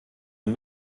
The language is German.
dem